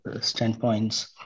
standpoints